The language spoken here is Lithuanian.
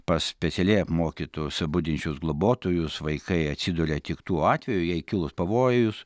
pas specialiai apmokytus budinčius globotojus vaikai atsiduria tik tuo atveju jei kilus pavojus